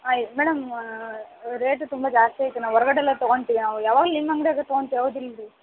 ಅಯ್ madam rate ತುಂಬ ಜಾಸ್ತಿ ಆಯ್ತು ನಾವು ಹೊರ್ಗಡೆ ಎಲ್ಲ ತಗೊಳ್ತೀವಿ ನಾವು ಯಾವಾಗ್ಲೂ ನಿಮ್ಮ ಅಂಗಡಿಯಾಗ ತಗೊಳ್ತೀವಿ ಹೌದು ಇಲ್ರಿ